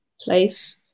place